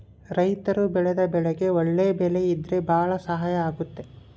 ರೈತರು ಬೆಳೆದ ಬೆಳೆಗೆ ಒಳ್ಳೆ ಬೆಲೆ ಇದ್ರೆ ಭಾಳ ಸಹಾಯ ಆಗುತ್ತೆ